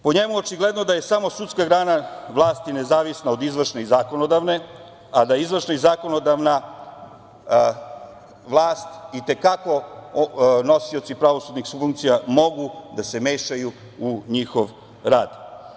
Po njemu, očigledno da je samo sudska grana vlasti nezavisna od izvršne i zakonodavne, a da izvršna i zakonodavna vlast i te kako mogu kao nosioci pravosudnih funkcija da se mešaju u njihov rad.